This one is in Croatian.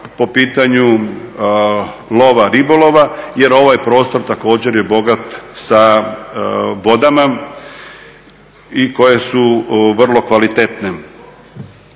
po pitanju lova ribolova jer ovaj prostor također je bogat sa vodama i koje su vrlo kvalitetne.